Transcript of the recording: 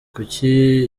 kuki